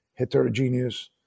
heterogeneous